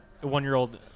one-year-old